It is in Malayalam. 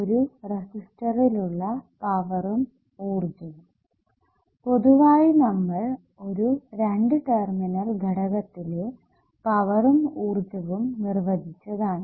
ഒരു റെസിസ്റ്ററിലുള്ള പവറും ഊർജ്ജവും പൊതുവായി നമ്മൾ ഒരു രണ്ടു ടെർമിനൽ ഘടകത്തിലെ പവറും ഊർജ്ജവും നിർവചിച്ചതാണ്